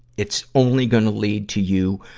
it's only gonna lead to you,